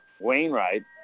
Wainwright